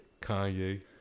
Kanye